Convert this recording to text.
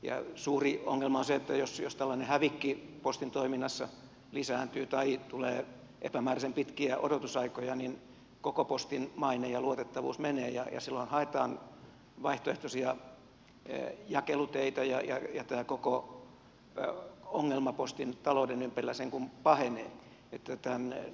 ja suuri ongelma on se että jos tällainen hävikki postin toiminnassa lisääntyy tai tulee epämääräisen pitkiä odotusaikoja niin koko postin maine ja luotettavuus menee ja silloin haetaan vaihtoehtoisia jakeluteitä ja tämä koko ongelma postin talouden ympärillä sen kuin pahenee